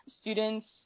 students